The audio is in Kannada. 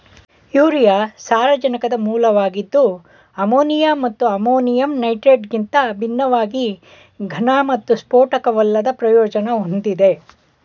ಯೂರಿಯಾ ಸಾರಜನಕದ ಮೂಲವಾಗಿದ್ದು ಅಮೋನಿಯಾ ಮತ್ತು ಅಮೋನಿಯಂ ನೈಟ್ರೇಟ್ಗಿಂತ ಭಿನ್ನವಾಗಿ ಘನ ಮತ್ತು ಸ್ಫೋಟಕವಲ್ಲದ ಪ್ರಯೋಜನ ಹೊಂದಿದೆ